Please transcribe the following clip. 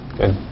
good